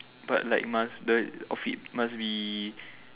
but like must the outfit must be